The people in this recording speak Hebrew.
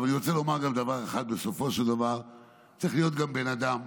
אני רוצה לומר דבר אחד: בסופו של דבר צריך להיות גם בן אדם.